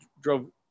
drove